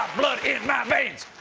blood in my veins!